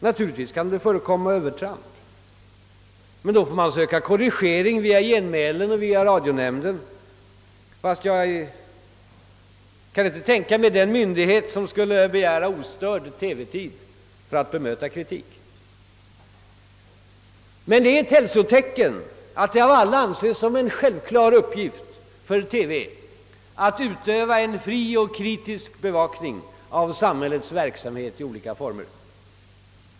Naturligtvis kan det förekomma övertramp, men då får man söka korrigering via genmälen och radionämnden — fast jag kan inte tänka mig den myndighet som skulle begära ostörd TV-tid för att bemöta kritik. Det är ett hälsotecken att det av alla anses som en självklar uppgift för TV att utöva en fri och kritisk bevakning av samhällets verksamhet i olika former.